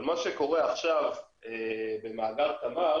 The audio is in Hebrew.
אבל מה שקורה עכשיו במאגר תמר